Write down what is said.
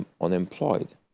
unemployed